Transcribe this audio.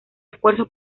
esfuerzo